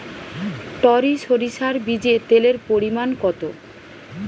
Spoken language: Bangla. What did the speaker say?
টরি সরিষার বীজে তেলের পরিমাণ কত?